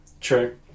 True